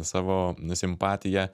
savo simpatiją